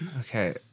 Okay